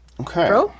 Okay